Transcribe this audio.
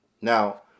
now